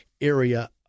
area